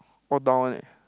all down one eh